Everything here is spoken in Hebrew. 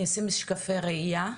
אני אשים משקפי ראייה,